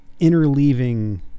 interleaving